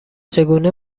چگونه